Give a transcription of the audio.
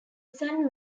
san